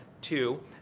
two